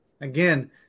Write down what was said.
again